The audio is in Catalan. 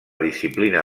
disciplina